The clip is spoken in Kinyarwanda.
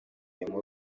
muri